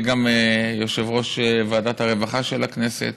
גם יושב-ראש ועדת הרווחה של הכנסת,